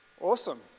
Awesome